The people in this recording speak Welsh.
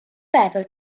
feddwl